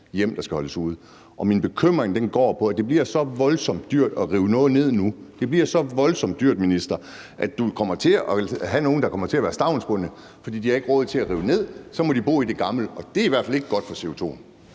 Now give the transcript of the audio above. hjem, der skal holdes ude. Og min bekymring går på, at det bliver så voldsomt dyrt at rive noget ned nu. Det bliver så voldsomt dyrt, minister, at du kommer til at have nogle, der kommer til at være stavnsbundne, fordi de ikke har råd til at rive ned. Så må de bo i det gamle. Og det er i hvert fald ikke godt i forhold